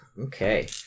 Okay